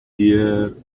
dear